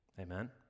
Amen